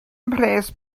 mhres